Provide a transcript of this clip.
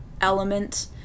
element